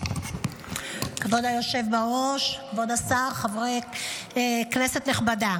כבוד היושב בראש, כבוד השר, כנסת נכבדה,